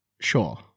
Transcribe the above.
Sure